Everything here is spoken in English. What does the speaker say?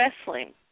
Wrestling